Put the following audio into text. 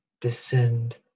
descend